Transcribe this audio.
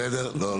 בסדר.